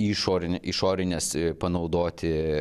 išorinę išorines panaudoti